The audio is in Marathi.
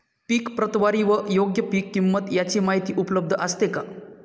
पीक प्रतवारी व योग्य पीक किंमत यांची माहिती उपलब्ध असते का?